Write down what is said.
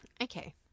Okay